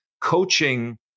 coaching